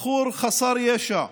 בחור חסר ישע,